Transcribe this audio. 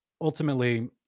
ultimately